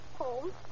Home